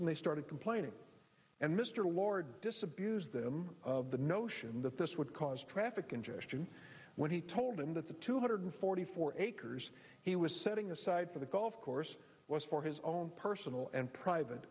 and they started complaining and mr lord disabuse them of the notion that this would cause traffic congestion when he told him that the two hundred forty four acres he was setting aside for the golf course was for his own personal and private